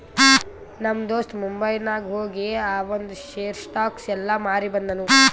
ನಮ್ ದೋಸ್ತ ಮುಂಬೈನಾಗ್ ಹೋಗಿ ಆವಂದ್ ಶೇರ್, ಸ್ಟಾಕ್ಸ್ ಎಲ್ಲಾ ಮಾರಿ ಬಂದುನ್